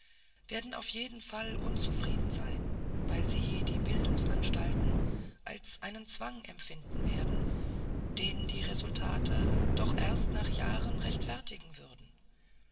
werden auf jeden fall unzufrieden sein weil sie die bildungsanstalten als einen zwang empfinden werden den die resultate doch erst nach jahren rechtfertigen würden